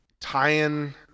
tying